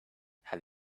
have